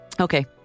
Okay